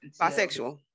bisexual